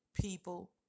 people